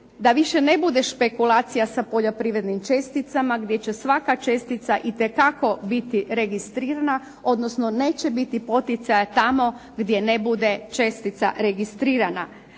da više ne bude špekulacija sa poljoprivrednim česticama gdje će svaka čestica itekako biti registrirana, odnosno neće biti poticaja tamo gdje ne bude čestica registrirana.